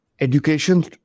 Education